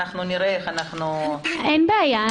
אין בעיה.